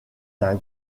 d’un